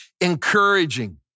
encouraging